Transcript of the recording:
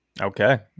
Okay